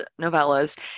novellas